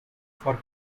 for